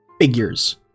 figures